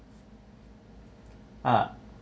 ah